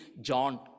John